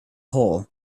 hole